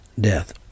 death